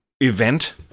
event